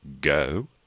go